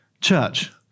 church